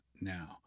now